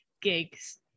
gigs